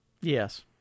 Yes